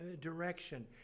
direction